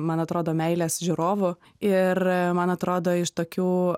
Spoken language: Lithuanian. man atrodo meilės žiūrovų ir man atrodo iš tokių